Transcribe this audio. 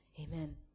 Amen